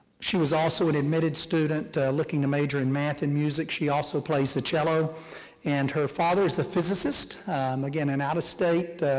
she was also an admitted student looking to major in math and music. she also plays the cello and her father is a physicist again, an out-of-state